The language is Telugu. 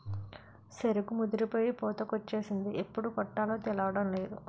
సెరుకు ముదిరిపోయి పూతకొచ్చేసింది ఎప్పుడు కొట్టాలో తేలడంలేదు